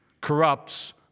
corrupts